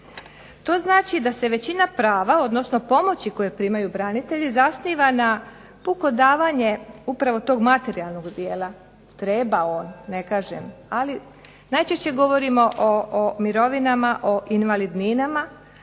To znači da se većina prava odnosno pomoći koje primaju branitelji zasniva na puko davanje upravo tog materijalnog dijela. Treba on, ne kažem, ali najčešće govorimo o mirovinama, o invalidninama,